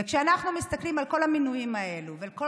וכשאנחנו מסתכלים על כל המינויים האלה ועל כל